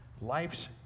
life's